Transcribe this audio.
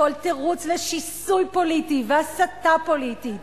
הכול תירוץ ושיסוי פוליטי והסתה פוליטית.